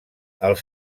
els